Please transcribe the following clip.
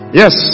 yes